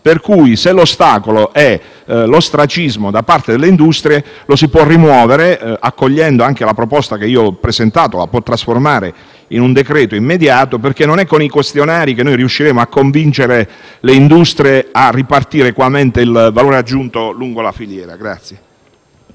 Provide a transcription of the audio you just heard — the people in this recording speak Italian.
pertanto l'ostacolo è l'ostracismo da parte delle industrie, lo si può rimuovere anche accogliendo la proposta che ho presentato, che lei può trasformare in un decreto immediato: non è con i questionari, infatti, che riusciremo a convincere le industrie a ripartire equamente il valore aggiunto lungo la filiera.